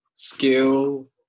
Skill